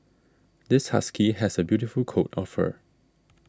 this husky has a beautiful coat of fur